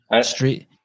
Street –